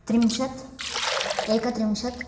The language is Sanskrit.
त्रिंशत् एकत्रिंशत्